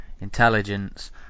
Intelligence